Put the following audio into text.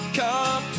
come